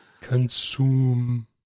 consume